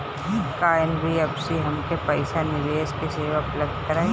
का एन.बी.एफ.सी हमके पईसा निवेश के सेवा उपलब्ध कराई?